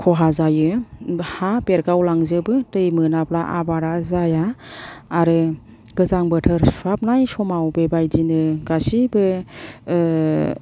खहा जायो हा बेरगावलांजोबो दै मोनाब्ला आबादा जाया आरो गोजां बोथोर सुहाबनाय समाव बेबायदिनो गासैबो